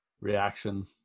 reaction